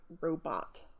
robot